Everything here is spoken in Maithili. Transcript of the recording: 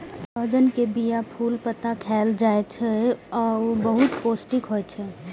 सहजन के बीया, फूल, पत्ता खाएल जाइ छै आ ऊ बहुत पौष्टिक होइ छै